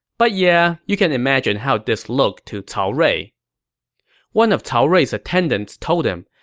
but yeah, you can imagine how this looked to cao rui one of cao rui's attendants told him,